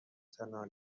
تنها